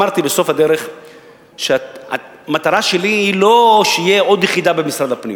אמרתי בסוף הדרך שהמטרה שלי היא לא שתהיה עוד יחידה במשרד הפנים.